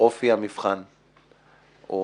אופי המבחן או